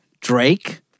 Drake